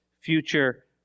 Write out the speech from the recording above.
future